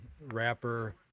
rapper